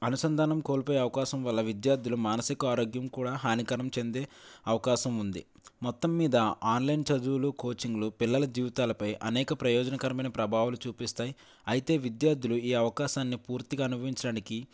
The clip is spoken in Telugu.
అనుసంధానం కోల్పోయే అవకాశం వల్ల విద్యార్థులు మానసిక ఆరోగ్యం కూడా హానికరం చెందే అవకాశం ఉంది మొత్తం మీద ఆన్లైన్ చదువులు కోచింగ్లు పిల్లలు జీవితాలపై అనేక ప్రయోజనకరమైన ప్రభావాలు చూపిస్తాయి అయితే విద్యార్థులు ఈ అవకాశాన్ని పూర్తిగా అనుభవించడానికి